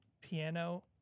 piano